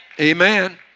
Amen